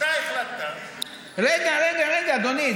אתה החלטת, רגע, רגע, רגע, אדוני.